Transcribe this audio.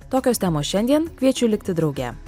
tokios temos šiandien kviečiu likti drauge